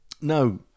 No